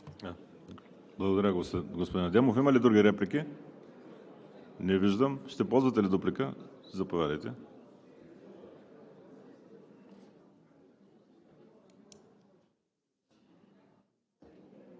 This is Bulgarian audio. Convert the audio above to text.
Благодаря, господин Адемов. Има ли други реплики? Не виждам. Ще ползвате ли дуплика? Заповядайте.